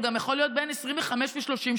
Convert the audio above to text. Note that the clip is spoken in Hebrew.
אבל הוא גם יכול להיות בן 25 או 30,